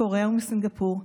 המשפחתיים,